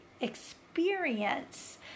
experience